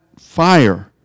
fire